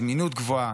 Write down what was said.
בזמינות גבוהה,